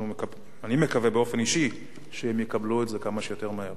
ואני מקווה באופן אישי שהם יקבלו את זה כמה שיותר מהר.